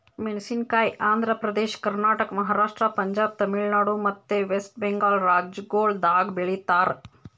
ಮೇಣಸಿನಕಾಯಿ ಆಂಧ್ರ ಪ್ರದೇಶ, ಕರ್ನಾಟಕ, ಮಹಾರಾಷ್ಟ್ರ, ಪಂಜಾಬ್, ತಮಿಳುನಾಡು ಮತ್ತ ವೆಸ್ಟ್ ಬೆಂಗಾಲ್ ರಾಜ್ಯಗೊಳ್ದಾಗ್ ಬೆಳಿತಾರ್